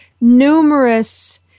numerous